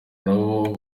nabo